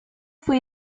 fue